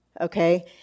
okay